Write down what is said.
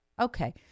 Okay